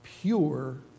pure